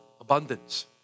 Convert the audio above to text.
abundance